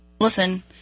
Listen